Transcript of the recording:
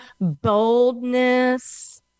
boldness